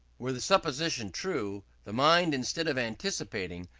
were the supposition true, the mind, instead of anticipating,